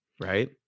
right